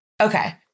Okay